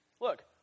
Look